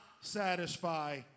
satisfy